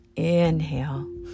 Inhale